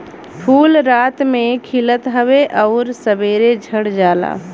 फूल रात में खिलत हउवे आउर सबेरे झड़ जाला